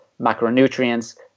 macronutrients